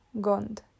Gond